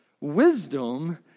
Wisdom